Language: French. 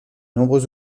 nombreux